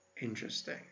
interesting